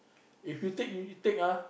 if you take you you take ah